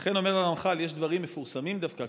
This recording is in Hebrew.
אכן, אמר רמח"ל, יש דברים מפורסמים דווקא,